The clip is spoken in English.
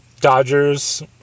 Dodgers